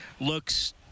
Looks